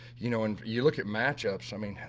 you know, when you look at matchups, i mean,